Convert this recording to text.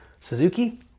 suzuki